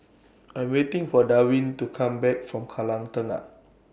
I Am waiting For Darwin to Come Back from Kallang Tengah